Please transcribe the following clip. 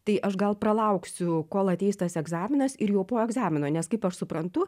tai aš gal pralauksiu kol ateis tas egzaminas ir jau po egzamino nes kaip aš suprantu